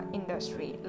industry